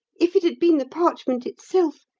if it had been the parchment itself,